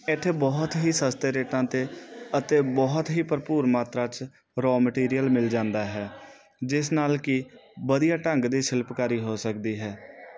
ਇੱਥੇ ਬਹੁਤ ਹੀ ਸਸਤੇ ਰੇਟਾਂ 'ਤੇ ਅਤੇ ਬਹੁਤ ਹੀ ਭਰਪੂਰ ਮਾਤਰਾ 'ਚ ਰੋ ਮਟੀਰੀਅਲ ਮਿਲ ਜਾਂਦਾ ਹੈ ਜਿਸ ਨਾਲ ਕਿ ਵਧੀਆ ਢੰਗ ਦੀ ਸ਼ਿਲਪਕਾਰੀ ਹੋ ਸਕਦੀ ਹੈ